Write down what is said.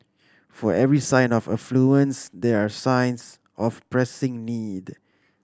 for every sign of affluence there are signs of pressing need